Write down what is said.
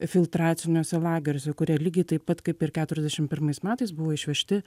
filtraciniuose lageriuose kurie lygiai taip pat kaip ir keturiasdešimt pirmais metais buvo išvežti